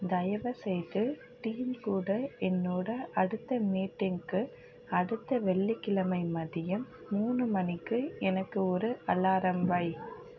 தயவுசெய்து டீம் கூட என்னோட அடுத்த மீட்டிங்குக்கு அடுத்த வெள்ளிக் கிழமை மதியம் மூணு மணிக்கு எனக்கு ஒரு அலாரம் வை